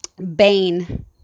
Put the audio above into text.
Bane